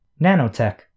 Nanotech